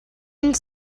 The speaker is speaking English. and